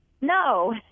No